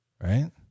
right